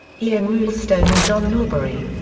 ian roulstone and john norbury.